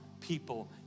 people